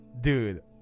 dude